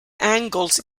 angles